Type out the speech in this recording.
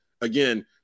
Again